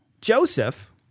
Joseph